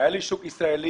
היה לי שוק ישראלי,